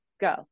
go